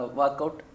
workout